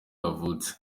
yavutse